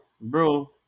bro